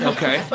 Okay